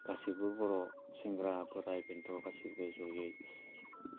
गासैबो बर' सेंग्रा बोराय बेनथु गासै ज'यै